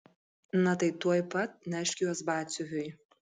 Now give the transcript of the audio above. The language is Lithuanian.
na tai tuoj pat nešk juos batsiuviui